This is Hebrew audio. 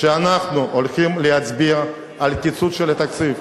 שאנחנו הולכים להצביע על קיצוץ של התקציב.